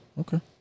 Okay